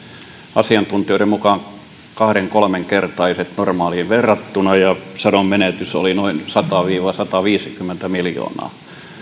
asiantuntijoiden mukaan kahden kolmenkertaiset normaaliin verrattuna ja sadon menetys oli noin sata viiva sataviisikymmentä miljoonaa